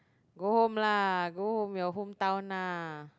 go home lah go home your hometown ah